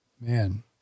Man